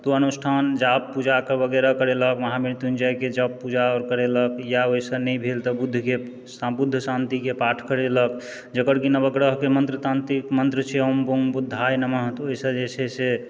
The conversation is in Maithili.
तऽ ओ अनुष्ठान जाप पूजा वगैरह करैलक महा मृत्युञ्जयके जप पूजा करैलक या ओहिसँ नहि भेल तऽ बुधके बुध शान्तिके पाठ करैलक जकर कि नवग्रहके मन्त्र तान्त्रिक मन्त्र छै ॐ बुं बुधाय नमः तऽ ओहिसँ जे छै से